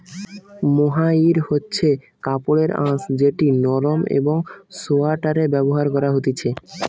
mohair হচ্ছে কাপড়ের আঁশ যেটি নরম একং সোয়াটারে ব্যবহার করা হতিছে